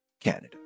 Canada